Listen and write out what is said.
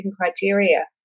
criteria